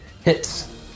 hits